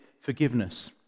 forgiveness